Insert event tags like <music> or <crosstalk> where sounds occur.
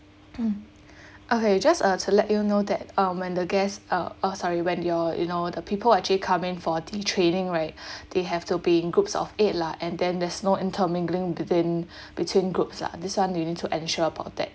<coughs> <breath> okay you just uh to let you know that um when the guests uh uh sorry when you're you know the people actually come in for the training right <breath> they have to be in groups of eight lah and then there's no intermingling between <breath> between groups lah this [one] you need to ensure about that